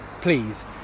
please